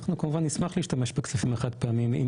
אנחנו כמובן נשמח להשתמש בכספים החד פעמיים אם